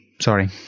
Sorry